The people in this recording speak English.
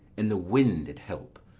and the wind at help,